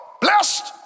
blessed